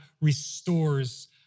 restores